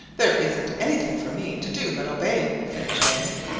there isn't anything for me to do but obey, finished danny.